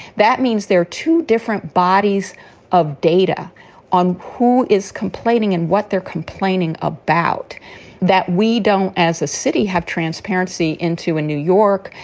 that means there are two different bodies of data on who is complaining and what they're complaining about that we don't as a city have transparency into in new york.